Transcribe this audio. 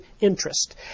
interest